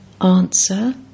Answer